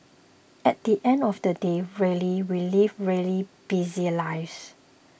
at the end of the day really we live really busy lives